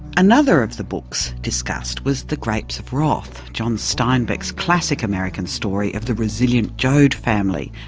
another of the books discussed was the grapes of wrath, john steinbeck's classic american story of the resilient joad family.